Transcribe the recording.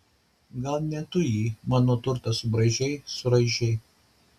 galgi ne tu jį mano turtą subraižei suraižei